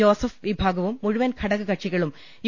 Joseph വിഭാഗവും മുഴുവൻ ഘടകക ക്ഷികളും യു